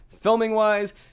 Filming-wise